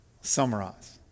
Summarize